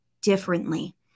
differently